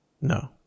no